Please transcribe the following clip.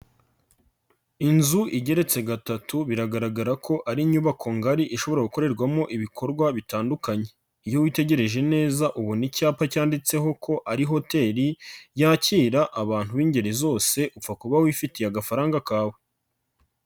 Inzu igeretse gatatu, biragaragara ko ari inyubako ngari ishobora gukorerwamo ibikorwa bitandukanye. Iyo witegereje neza ubona icyapa cyanditseho ko ari hoteli, yakira abantu b'ingeri zose upfa kuba wifitiye agafaranga kawe.